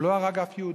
הוא לא הרג אף יהודי,